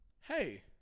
Hey